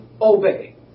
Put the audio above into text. obey